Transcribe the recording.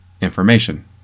information